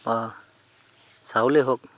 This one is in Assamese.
অঁ চাউলেই হওক